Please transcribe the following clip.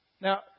Now